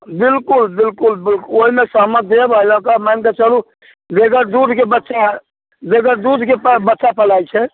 बिल्कुल बिल्कुल ओहिमे सहमत देब एहि लऽ कऽ मानिके चलू जे बेगर दूधके बच्चा बेगर दूधके बच्चा पलाइत छै